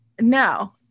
No